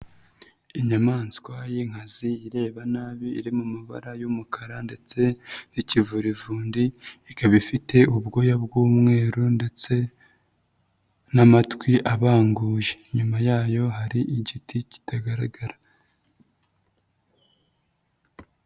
Inyamaswa y'inkazi ireba nabi, iri mu mabara y'umukara ndetse n'ikivurivundi, ikaba ifite ubwoya bw'umweru ndetse n'amatwi abanguye. Inyuma yayo hari igiti kitagaragara.